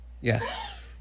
Yes